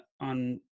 on